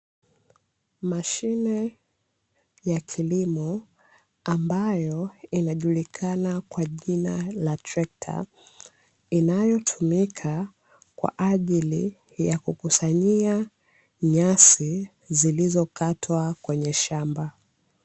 Mashine ya kilimo ambayo inajulikana kwa jina la trekta, inayotumika kwa ajili ya kukusanyia nyasi zilizokatwa kwenye shamba.